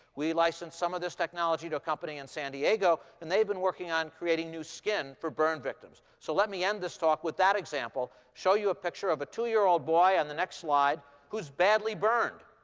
we licensed some of this technology to a company in san diego. and they've been working on creating new skin for burn victims. so let me end this talk with that example. i'll show you a picture of a two-year-old boy on the next slide who's badly burned